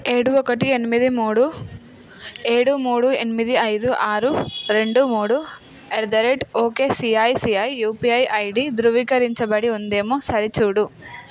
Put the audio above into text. ఏడు ఒకటి ఎనిమిది మూడు ఏడు మూడు ఎనిమిది ఐదు ఆరు రెండు మూడు at the rate okay ICICI UPI ID ధృవీకరించబడి ఉందేమో సరిచూడు